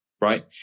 right